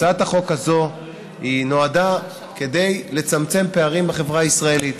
הצעת החוק הזאת נועדה לצמצם פערים בחברה הישראלית.